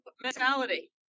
mentality